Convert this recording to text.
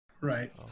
right